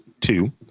Two